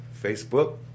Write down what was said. Facebook